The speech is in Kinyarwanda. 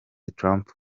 trump